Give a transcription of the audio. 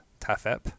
TAFEP